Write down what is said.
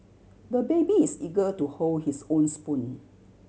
the baby is eager to hold his own spoon